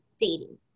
dating